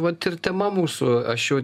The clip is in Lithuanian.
vat ir tema mūsų aš jau